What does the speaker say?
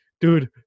dude